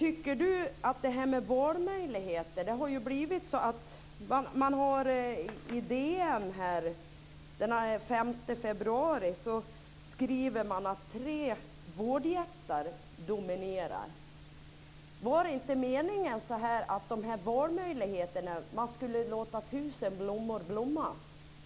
När det gäller valmöjligheter skrev man i DN den 5 februari att det är tre vårdjättar som dominerar. Var det inte meningen att det skulle finnas valmöjligheter? Skulle man inte låta tusen blommor blomma?